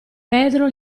pedro